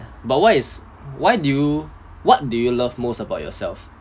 but why is why do you what do you love most about yourself